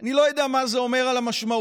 אני לא יודע מה זה אומר על המשמעויות